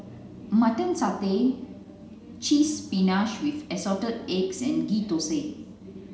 mutton satay spinach with assorted eggs and Ghee Thosai